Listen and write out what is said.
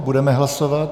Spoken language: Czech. Budeme hlasovat.